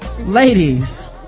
ladies